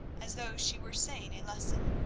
as though she were saying a lesson,